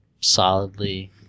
solidly